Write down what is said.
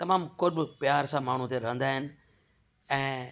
तमामु कोई बि प्यार सां माण्हू हुते रहंदा आहिनि ऐं